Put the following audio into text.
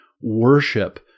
worship